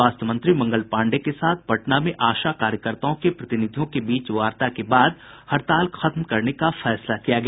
स्वास्थ्य मंत्री मंगल पांडेय के साथ पटना में आशा कार्यकर्ताओं के प्रतिनिधियों के बीच वार्ता के बाद हड़ताल खत्म करने का फैसला किया गया